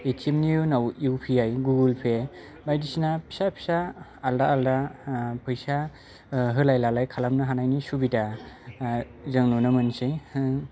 ए T M नि उनाव U P I Google Pay बायदिसिना फिसा फिसा आलादा आलादा फैसा होलाय लालाय खालामनो हानायनि सुबिदा जों नुनो मोनसै हो